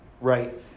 Right